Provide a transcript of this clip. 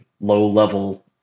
Low-level